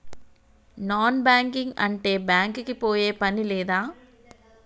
Non banking అంటే bank కి పోయే పని లేదా?